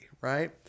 right